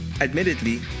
Admittedly